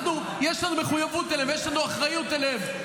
יש לנו מחויבות אליהם ויש לנו אחריות אליהם.